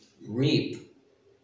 reap